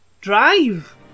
Drive